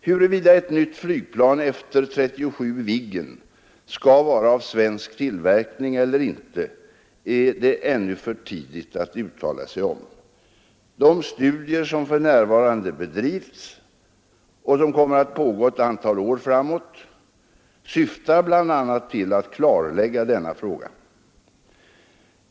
Huruvida ett nytt flygplan efter 37 Viggen skall vara av svensk tillverkning eller inte är det ännu för tidigt att uttala sig om, De studier som för närvarande bedrivs och som kommer att pågå ett antal år framåt syftar bl.a. till att klarlägga denna fråga.